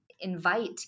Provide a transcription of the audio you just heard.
invite